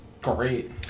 great